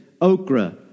okra